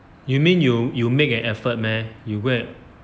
you mean you you make an effort meh you go and